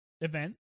event